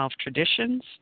Traditions